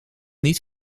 niet